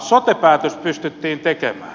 sote päätös pystyttiin tekemään